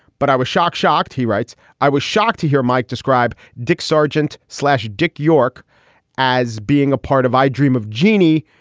but i was shocked. shocked? he writes. i was shocked to hear mike describe dick sargent slash dick york as being a part of i dream of jeannie,